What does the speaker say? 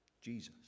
Jesus